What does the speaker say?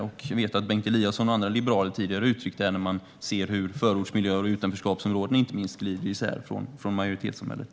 Jag vet att Bengt Eliasson och andra liberaler tidigare har uttryckt detta när man sett hur förortsmiljöer och, inte minst, utanförskapsområden glider ifrån majoritetssamhället.